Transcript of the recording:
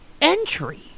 entry